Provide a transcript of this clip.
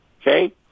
Okay